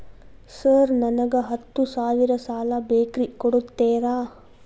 Sir ನನಗ ಹತ್ತು ಸಾವಿರ ಸಾಲ ಬೇಕ್ರಿ ಕೊಡುತ್ತೇರಾ?